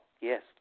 yes